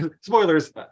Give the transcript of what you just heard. Spoilers